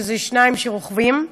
שזה שניים שרוכבים,